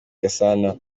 gasana